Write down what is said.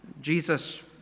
Jesus